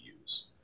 use